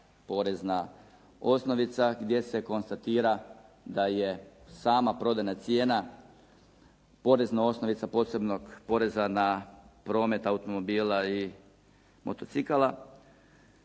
porezna osnovica gdje se konstatira da je sama prodajna cijena porezna osnovica posebnog poreza na promet automobila i motocikala.